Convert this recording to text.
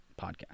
podcast